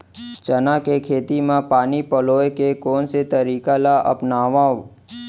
चना के खेती म पानी पलोय के कोन से तरीका ला अपनावव?